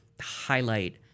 highlight